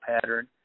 pattern